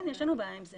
כן, יש לנו בעיה עם זה.